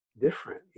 different